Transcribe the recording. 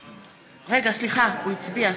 נוכח רגע, הוא הצביע.